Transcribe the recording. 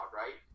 right